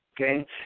okay